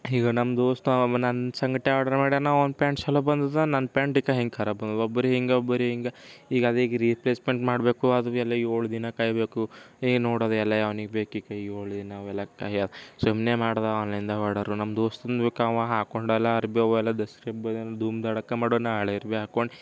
ಈಗ ನಮ್ಮ ದೋಸ್ತ ನನ್ನ ಸಂಗಡ ಆಡ್ರ್ ಮಾಡ್ಯಾನ ಅವನ ಪ್ಯಾಂಟ್ ಛಲೋ ಬಂದಿದೆ ನನ್ನ ಪ್ಯಾಂಟ್ ಇಕ್ಕ ಹಿಂಗೆ ಖರಾಬ್ ಬಂದಿದೆ ಒಬ್ರಿಗೆ ಹಿಂಗೆ ಒಬ್ರಿಗೆ ಹಿಂಗೆ ಈಗ ಅದೇ ಈಗ ರಿಪ್ಲೇಸ್ಮೆಂಟ್ ಮಾಡ್ಬೇಕು ಅದು ಬಿ ಎಲ್ಲಾ ಏಳು ದಿನ ಕಾಯ್ಬೇಕು ಈಗ ನೋಡೋದೆ ಎಲ್ಲ ಯಾವನಿಗೆ ಬೇಕು ಈಗ ಏಳು ದಿನ ಅವೆಲ್ಲ ಕಾಯ ಸುಮ್ಮನೆ ಮಾಡಿದ ಆನ್ಲೈನ್ದಾಗ ಆರ್ಡರ್ ನಮ್ಮ ದೋಸ್ತುಂದುಕ ಅವ ಹಾಕ್ಕೊಂಡಲ್ಲ ಅರ್ಬಿ ದಸರ ಹಬ್ಬದಾಗೆ ಧೂಮ್ ಧಡಕ ಮಾಡೋಣ ಹಳೇ ಅರ್ಬಿ ಹಾಕ್ಕೊಂಡು